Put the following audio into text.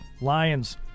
Lions